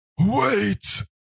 wait